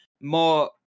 more